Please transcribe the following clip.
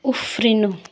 उफ्रिनु